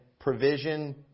provision